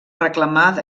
reclamar